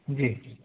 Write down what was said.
جی